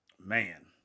man